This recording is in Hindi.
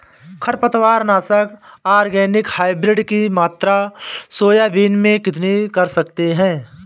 खरपतवार नाशक ऑर्गेनिक हाइब्रिड की मात्रा सोयाबीन में कितनी कर सकते हैं?